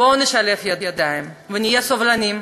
בואו נשלב ידיים ונהיה סובלניים.